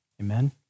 Amen